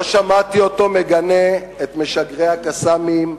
לא שמעתי אותו מגנה את משגרי ה"קסאמים"